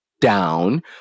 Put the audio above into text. down